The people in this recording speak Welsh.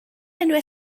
enwau